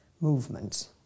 movement